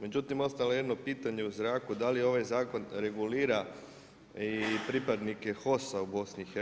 Međutim, ostalo je jedno pitanje u zraku da li ovaj zakon regulira i pripadnike HOS-a u BiH,